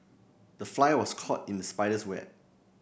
the fly was caught in the spider's web